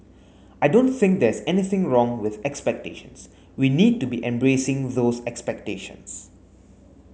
I don't think there's anything wrong with expectations we need to be embracing those expectations